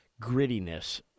grittiness